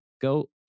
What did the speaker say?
Go